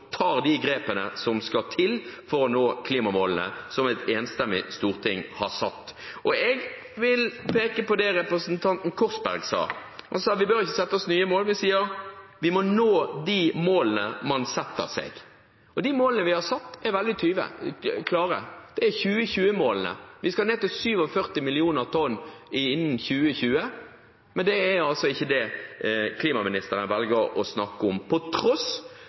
tar de grepene som skal til for å nå klimamålene som et enstemmig storting har satt. Jeg vil peke på det representanten Korsberg sa. Han sa at vi bør ikke sette oss nye mål, men at man må nå de målene man setter seg. De målene vi har satt, er veldig klare. Det er 2020-målene. Vi skal ned til 47 mill. tonn innen 2020, men det er altså ikke det klimaministeren velger å snakke om, til tross